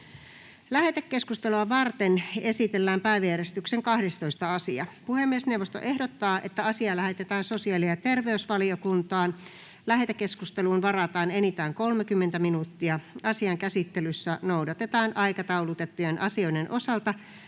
Lähetekeskustelua varten esitellään päiväjärjestyksen 16. asia. Puhemiesneuvosto ehdottaa, että asia lähetetään lakivaliokuntaan. Lähetekeskusteluun varataan enintään 45 minuuttia. Asian käsittelyssä noudatetaan aikataulutettujen asioiden osalta